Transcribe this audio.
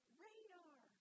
radar